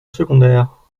secondaire